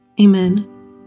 Amen